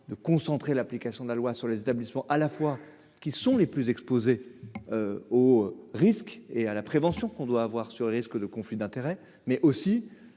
de concentrer l'application de la loi sur les établissements à la fois, qui sont les plus exposés aux risques et à la prévention qu'on doit avoir sur le risque de conflit d'intérêt, mais aussi